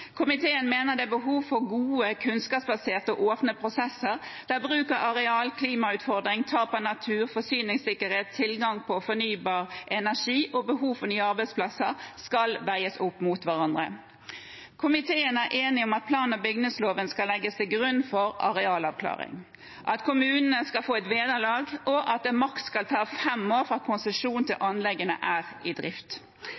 Komiteen mener det er behov for gode, kunnskapsbaserte og åpne prosesser der bruk av areal, klimautfordringer, tap av natur, forsyningssikkerhet, tilgang på fornybar energi og behov for nye arbeidsplasser skal veies opp mot hverandre. Komiteen er enig om at plan- og bygningsloven skal legges til grunn for arealavklaring, at kommunene skal få et vederlag, og at det maks skal ta fem år fra konsesjon til